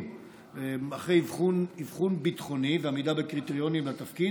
אחרי אבחון ביטחוני ועמידה בקריטריונים לתפקיד.